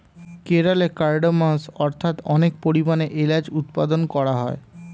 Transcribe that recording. কেরলে কার্ডমমস্ অর্থাৎ অনেক পরিমাণে এলাচ উৎপাদন করা হয়